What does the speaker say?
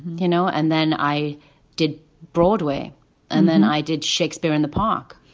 you know. and then i did broadway and then i did shakespeare in the park.